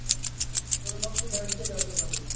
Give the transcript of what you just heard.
ਹਾਂਜੀ ਚਲੋ ਬਾਕੀ ਬੈਠ ਕੇ ਗੱਲ ਕਰਾਂਗੇ ਜੀ